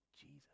jesus